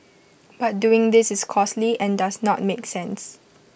but doing this is costly and does not make sense